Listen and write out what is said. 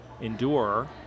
endure